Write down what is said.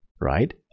right